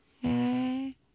hey